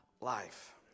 life